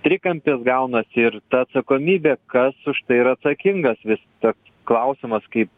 trikampis gaunasi ir ta atsakomybė kas už tai yra atsakingas vis tas klausimas kaip